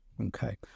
Okay